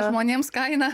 žmonėms kaina